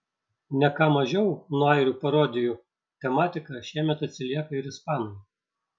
ne ką mažiau nuo airių parodijų tematika šiemet atsilieka ir ispanai